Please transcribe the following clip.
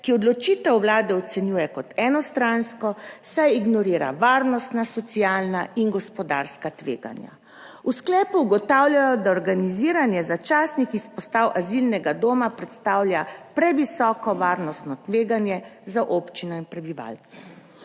ki odločitev Vlade ocenjuje kot enostransko, saj ignorira varnostna, socialna in gospodarska tveganja. V sklepu ugotavljajo, da organiziranje začasnih izpostav azilnega doma predstavlja previsoko varnostno tveganje za občino in prebivalce.